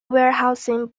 warehousing